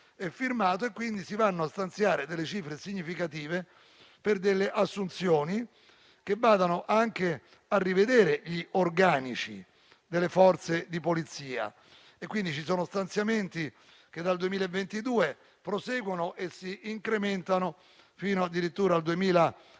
e firmato. Si stanziano delle cifre significative per delle assunzioni che vadano a rivedere gli organici delle Forze di polizia. Ci sono stanziamenti che dal 2022 proseguono e si incrementano fino addirittura al 2032,